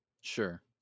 Sure